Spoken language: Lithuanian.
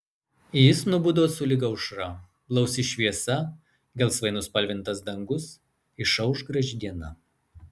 jis nubudo sulig aušra blausi šviesa gelsvai nuspalvintas dangus išauš graži diena